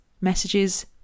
messages